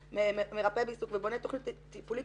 מרפא בעיסוק ובונה תכנית טיפולית